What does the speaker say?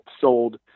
sold